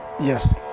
yes